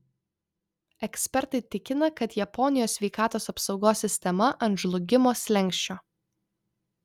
ekspertai tikina kad japonijos sveikatos apsaugos sistema ant žlugimo slenksčio